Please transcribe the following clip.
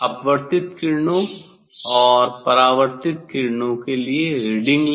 अपवर्तित किरणों और परावर्तित किरणों के लिए रीडिंग लें